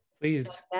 Please